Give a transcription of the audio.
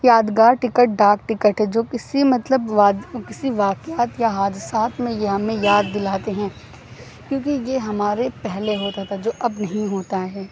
یادگار ٹکٹ ڈاک ٹکٹ ہے جو کسی مطلب کسی واقعات یا حادثات میں یہ ہمیں یاد دلاتے ہیں کیونکہ یہ ہمارے پہلے ہوتا تھا جو اب نہیں ہوتا ہے